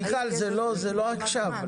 מיכל, זה לא עכשיו.